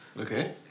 Okay